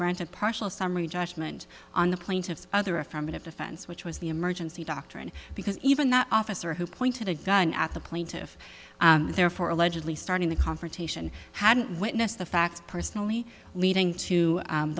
granted partial summary judgment on the plaintiff's other affirmative defense which was the emergency doctrine because even the officer who pointed a gun at the plaintiff and therefore allegedly starting the confrontation hadn't witnessed the facts personally leading to